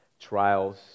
trials